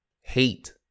hate